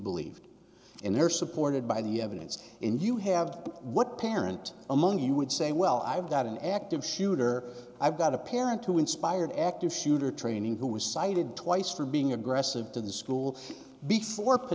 believed and they're supported by the evidence and you have what parent among you would say well i've got an active shooter i've got a parent who inspired active shooter training who was sighted twice for being aggressive to the school before